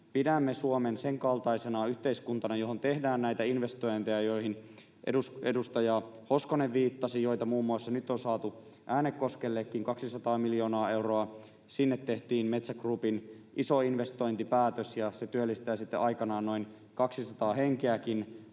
pidämme Suomen sen kaltaisena yhteiskuntana, että sinne tehdään näitä investointeja, joihin edustaja Hoskonen viittasi ja joita on nyt saatu muun muassa Äänekoskellekin 200 miljoonaa euroa — sinne tehtiin Metsä Groupin iso investointipäätös, ja se työllistää sitten aikanaan noin 200 henkeäkin